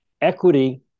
Equity